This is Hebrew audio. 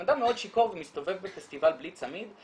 כשאדם מאוד שיכור ומסתובב בפסטיבל בלי צמיד,